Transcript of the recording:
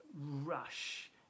rush